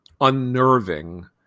unnerving